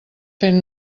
fent